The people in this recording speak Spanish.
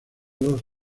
los